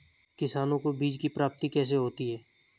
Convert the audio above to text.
किसानों को बीज की प्राप्ति कैसे होती है?